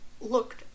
looked